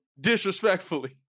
disrespectfully